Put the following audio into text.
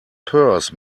purse